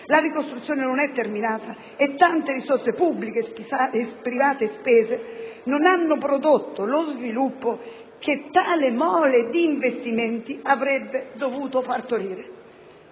la ricostruzione non è terminata e tante risorse pubbliche e private spese non hanno prodotto lo sviluppo che tale mole di investimenti avrebbe dovuto partorire.